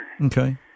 Okay